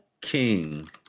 King